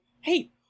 hey